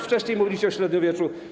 Wcześniej mówiliście o średniowieczu.